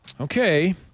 Okay